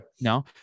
No